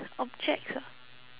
objects ah